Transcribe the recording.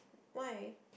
why